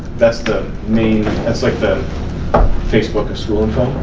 that's the main, that's like the facebook school info.